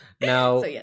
Now